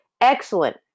Excellent